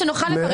מי נמנע?